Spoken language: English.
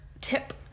tip